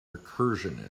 recursion